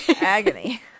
Agony